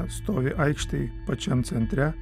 stovi aikštėj pačiam centre